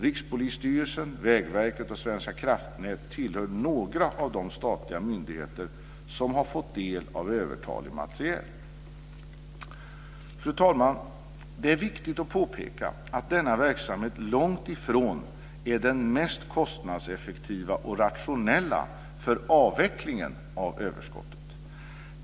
Rikspolisstyrelsen, Vägverket och Svenska kraftnät tillhör några av de statliga myndigheter som har fått del av övertalig materiel. Fru talman! Det är viktigt att påpeka att denna verksamhet långt ifrån är den mest kostnadseffektiva och rationella för avvecklingen av överskottet.